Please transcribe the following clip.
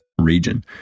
region